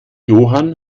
johann